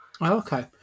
Okay